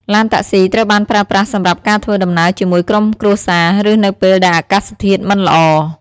ឡានតាក់ស៊ីត្រូវបានប្រើប្រាស់សម្រាប់ការធ្វើដំណើរជាមួយក្រុមគ្រួសារឬនៅពេលដែលអាកាសធាតុមិនល្អ។